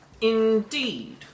Indeed